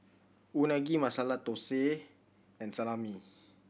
Unagi Masala Dosa and Salami